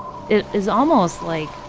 it is almost like